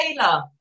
Taylor